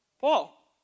Paul